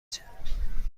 بچم